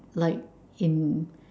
like in